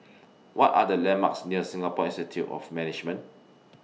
What Are The landmarks near Singapore Institute of Management